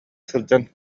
сылдьан